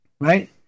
right